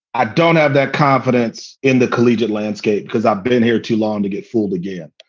i don't have that confidence in the collegiate landscape because i've been here too long to get fooled again.